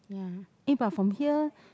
ya eh but from here